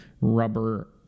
rubber